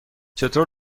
چطور